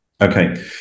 Okay